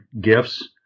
gifts